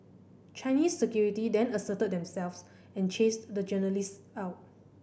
Chinese security then asserted themselves and chased the journalists out